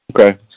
Okay